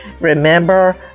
Remember